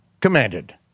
commanded